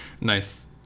Nice